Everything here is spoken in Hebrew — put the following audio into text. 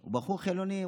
הוא בחור חילוני.